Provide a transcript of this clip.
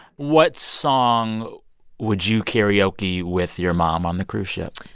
what song would you karaoke with your mom on the cruise ship?